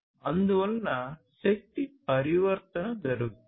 అందువల్ల శక్తి పరివర్తన జరుగుతోంది